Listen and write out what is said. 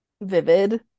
vivid